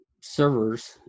servers